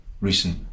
recent